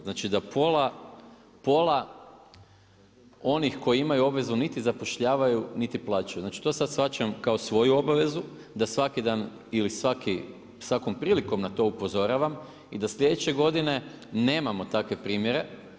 Znači da pola, pola onih koji imaju obvezu niti zapošljavaju niti plaćaju, znači to sada shvaćam kao svoju obavezu da svaki dan ili svakom prilikom na to upozoravam i da sljedeće godine nemamo takve primjere.